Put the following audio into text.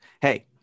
Hey